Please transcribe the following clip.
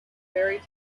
fairy